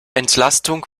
entlastung